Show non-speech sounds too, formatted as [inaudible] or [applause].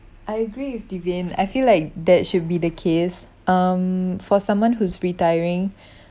I agree with devin I feel like that should be the case um for someone who's retiring [breath]